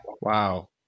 wow